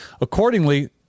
Accordingly